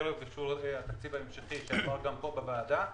ערב אישור התקציב הממשלתי, שעבר גם פה בוועדה.